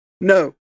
no